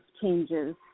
changes